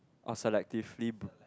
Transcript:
or selectively